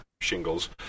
shingles